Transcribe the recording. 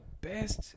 best